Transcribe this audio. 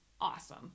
awesome